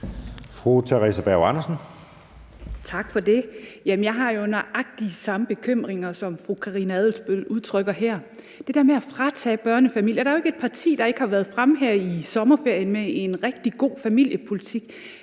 Theresa Berg Andersen (SF): Jeg har jo nøjagtig de samme bekymringer, som fru Karina Adsbøl udtrykker her om det der med at fratage børnefamilier noget: Der er jo ikke et parti, der ikke har været fremme her i sommerferien med en rigtig god familiepolitik.